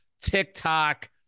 TikTok